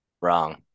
Wrong